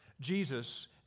Jesus